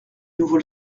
nouveau